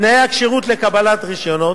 תנאי הכשירות לקבלת רשיונות,